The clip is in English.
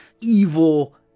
evil